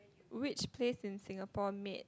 which place in Singapore make